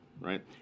right